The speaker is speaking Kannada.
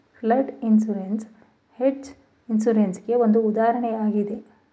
ಫ್ಲಡ್ ಇನ್ಸೂರೆನ್ಸ್ ಹೆಡ್ಜ ಇನ್ಸೂರೆನ್ಸ್ ಗೆ ಒಂದು ಉದಾಹರಣೆಯಾಗಿದೆ